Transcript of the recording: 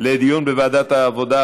לוועדת העבודה,